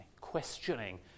questioning